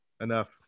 enough